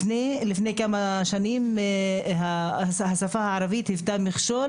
לפני כמה שנים השפה הערבית היוותה מכשול